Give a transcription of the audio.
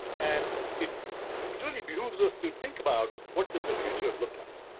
and it it really behooves us to think about what will the future look like.